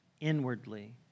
inwardly